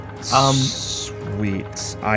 Sweet